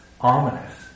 ominous